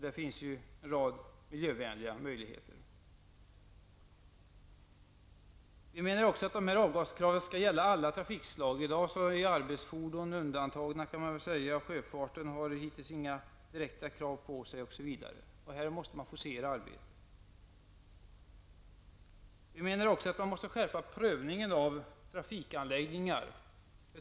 Det finns en rad miljövänliga möjligheter. Vi menar också att dessa avgaskrav skall gälla alla trafikslag. I dag är arbetsfordon i princip undantagna, sjöfarten har inga direkta krav, osv. Här måste man forcera arbetet. Man måste också skärpa prövningen av trafikanläggningar.